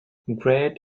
great